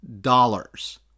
dollars